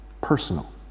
personal